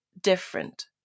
different